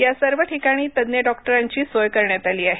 या सर्व ठिकाणी तज्ञ डॉक्टरांची सोय करण्यात आली आहे